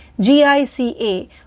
GICA